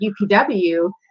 UPW